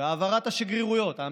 בהעברת השגרירויות לירושלים,